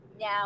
now